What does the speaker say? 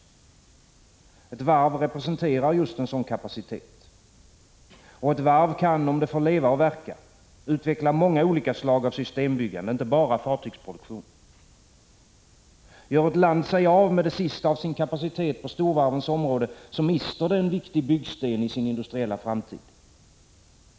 Ett varv representerar just en sådan kapacitet, och ett varv kan, om det får leva och verka, utveckla många olika slag av systembyggande — inte bara fartygsproduktion. Gör ett land sig av med det sista av sin kapacitet på storvarvens område mister det en viktig byggsten i sin industriella framtid.